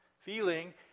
feeling